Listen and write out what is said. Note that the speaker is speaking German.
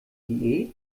diät